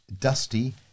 dusty